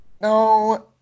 No